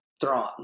Thrawn